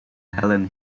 helen